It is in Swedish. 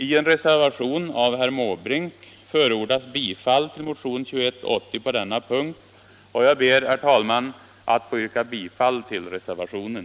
I en reservation av herr Måbrink förordas bifall till motion 2180 på denna punkt och jag ber, herr talman, att få yrka bifall till reservationen.